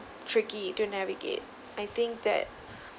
tricky to navigate I think that